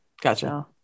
Gotcha